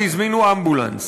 והזמינו אמבולנס.